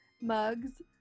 mugs